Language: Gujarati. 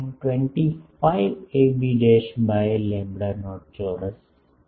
25 ab by લેમ્બડા નોટ ચોરસ છે